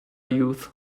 youth